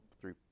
three